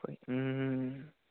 হয়